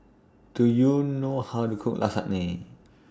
Do YOU know How to Cook Lasagne